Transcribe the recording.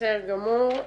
בסדר גמור.